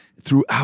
throughout